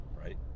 right